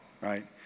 right